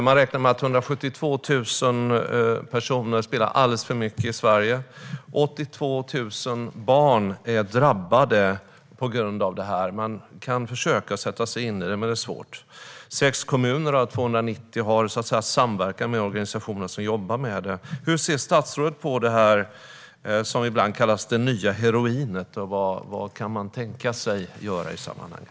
Man räknar med att 172 000 personer spelar alldeles för mycket i Sverige, och 82 000 barn är drabbade. Man kan försöka sätta sig in i detta, men det är svårt. Sex kommuner av 290 samverkar med organisationer som jobbar med frågor om spelmissbruk. Hur ser statsrådet på det som ibland kallas det nya heroinet, och vad kan man tänka sig att göra i sammanhanget?